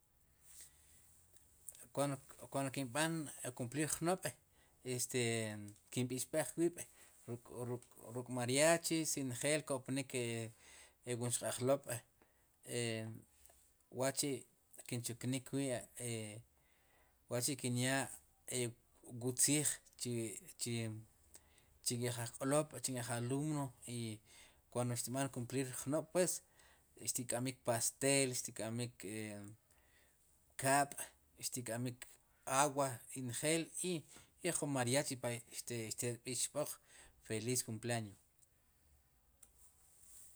Kwan kwan kin b'an kumplir jnob' kin b'ixb'ej wiib' ruk' maariachi si njel ko'pnik wu wxq'alob' e wa'chi' kinchuknik wi' wa'chi' kinyaa wu tziij chi, chi chi nk'ej ajk'lob' nk'ej alumno kundo xtib'an kumplir jnob' pues xtin k'amb'ik pastel xtink'amb'ik e kaab' xtink'amb'ik agua njel i jun mariachi para que xti'rb'ixb'oj feliz kumple años.